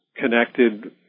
connected